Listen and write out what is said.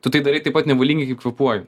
tu tai darai taip pat nevalingai kaip kvėpuoji